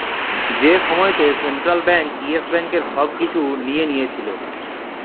যে সময়তে central bank Yes ব্যাংকের ছব কিছু লিঁয়ে লিয়েছিল